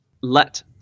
let